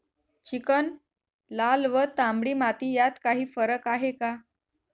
Chicken, लाल व तांबडी माती यात काही फरक आहे का?